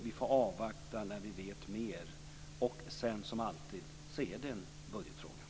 Vi får avvakta när vi vet mer. Som alltid: Det är en budgetfråga.